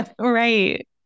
Right